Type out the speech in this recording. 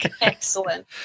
Excellent